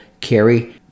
carry